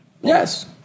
Yes